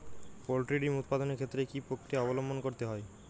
Poultry ডিম উৎপাদনের ক্ষেত্রে কি পক্রিয়া অবলম্বন করতে হয়?